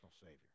Savior